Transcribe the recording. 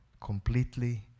completely